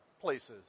places